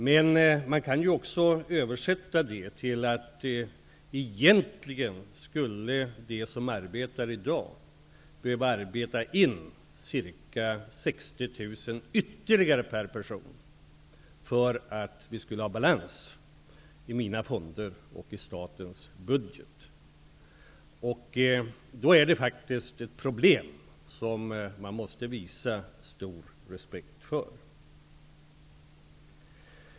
Men man kan översätta det till att de som arbetar i dag skulle behöva arbeta in 60 000 kronor ytterligare per person för att vi skulle ha balans i mina fonder och i statens budget. Då är det faktiskt ett problem som man måste visa stor respekt för.